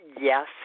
Yes